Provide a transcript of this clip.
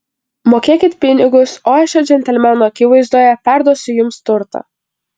mokėkit pinigus o aš šio džentelmeno akivaizdoje perduosiu jums turtą